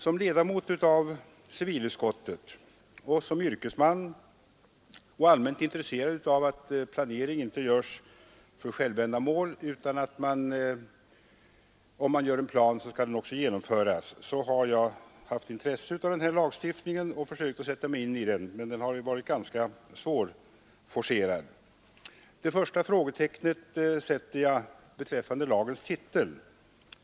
Som ledamot av civilutskottet och som yrkesman är jag allmänt intresserad av att planering inte görs som självändamål utan att man också genomför planerna. Därför har jag haft intresse för den här lagstiftningen och försökt sätta mig in i den. Men den har varit ganska svårforcerad. Första frågetecknet sätter jag beträffande lagens titel.